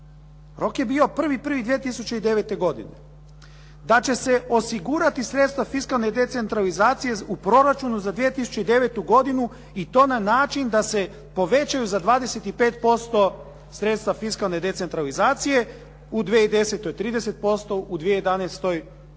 Rok je bio 1. 1. 2009. godine., da će se osigurati sredstva fiskalne decentralizacije u proračunu za 2009. godinu i to na način da se povećaju za 25% sredstva fiskalne decentralizacije u 2010. 30%, u 2011. 35%.